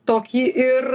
tokį ir